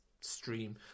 stream